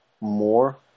more